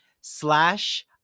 slash